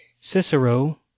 Cicero